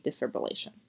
defibrillation